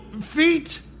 Feet